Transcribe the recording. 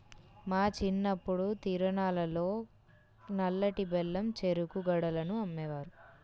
మా చిన్నప్పుడు తిరునాళ్ళల్లో నల్లటి బెల్లం చెరుకు గడలను అమ్మేవారు